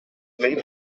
made